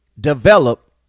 develop